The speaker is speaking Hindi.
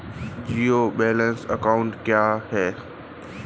ज़ीरो बैलेंस अकाउंट क्या है?